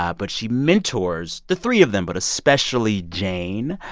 ah but she mentors the three of them, but especially jane.